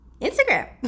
instagram